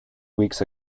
weeks